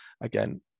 again